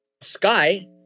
Sky